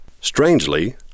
Strangely